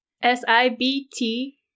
S-I-B-T